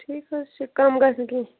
ٹھیٖک حظ چھِ کَم گژھِ نہ کیٚنہہ